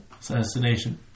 Assassination